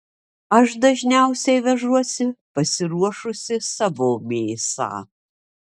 aš dažniausiai vežuosi pasiruošusi savo mėsą